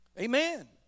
Amen